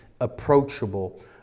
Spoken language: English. approachable